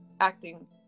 acting